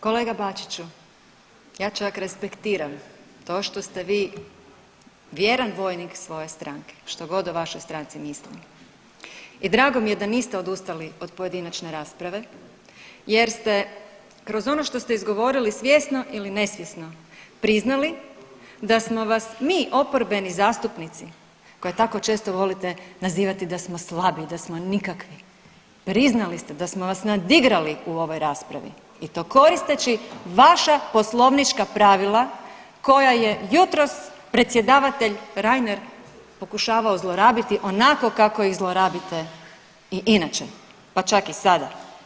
Kolega Bačiću, ja čak respektiram to što ste vi vjeran vojnik svoje stranke, što god o vašoj stranci mislim i drago mi je da niste odustali od pojedinačne rasprave jer ste kroz ono što ste izgovorili svjesno ili nesvjesno priznali da smo vas mi oporbeni zastupnici koje tako često volite nazivati da smo slabi, da smo nikakvi, priznali ste da smo vas nadigrali u ovoj raspravi i to koristeći vaša poslovnička pravila koja je jutros predsjedavatelj Reiner pokušavao zlorabiti onako kako ih zlorabite i inače, pa čak i sada.